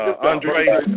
Andre